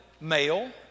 male